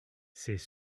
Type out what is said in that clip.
c’est